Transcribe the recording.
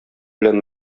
белән